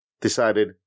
decided